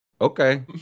okay